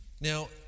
Now